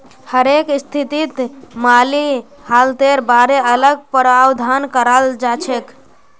हरेक स्थितित माली हालतेर बारे अलग प्रावधान कराल जाछेक